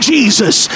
Jesus